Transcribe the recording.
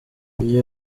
iyi